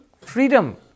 freedom